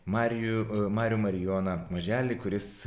marijų marių marijoną maželį kuris